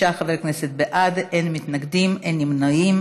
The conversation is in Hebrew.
26 חברי כנסת בעד, אין מתנגדים, אין נמנעים.